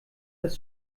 das